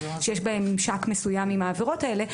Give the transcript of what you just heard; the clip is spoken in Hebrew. שיש בהן ממשק מסוים עם העבירות האלה.